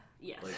Yes